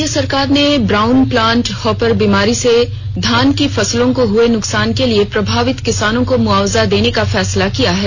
राज्य सरकार ने ब्राउन प्लांट हॉपर बीमारी से धान की फसलों को हए नुकसान के लिए प्रभावित किसानों को मुआवजा देने का फैसला किया है